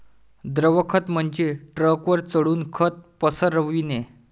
द्रव खत म्हणजे ट्रकवर चढून खत पसरविणे